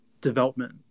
development